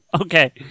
Okay